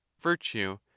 virtue